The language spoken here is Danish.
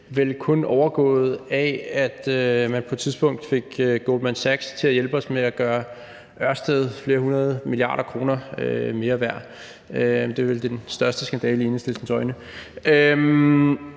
vel kun overgået af, at man på et tidspunkt fik Goldman Sachs til at hjælpe os med at gøre Ørsted flere hundrede milliarder kroner mere værd. Det er vel den største skandale i Enhedslistens øjne.